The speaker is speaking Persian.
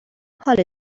حالت